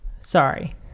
Sorry